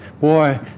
boy